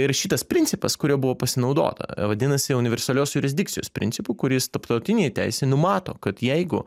ir šitas principas kuriuo buvo pasinaudota vadinasi universalios jurisdikcijos principu kuris tarptautinėj teisėj numato kad jeigu